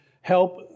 help